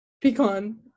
Pecan